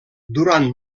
durant